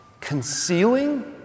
concealing